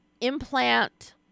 implant